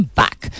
back